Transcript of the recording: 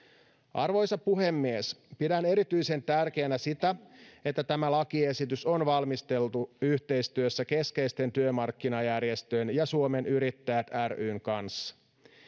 arvoisa puhemies pidän erityisen tärkeänä sitä että tämä lakiesitys on valmisteltu yhteistyössä keskeisten työmarkkinajärjestöjen ja suomen yrittäjät ryn kanssa